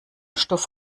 stoff